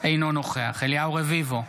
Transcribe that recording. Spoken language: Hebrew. אינו נוכח אליהו רביבו,